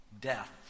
death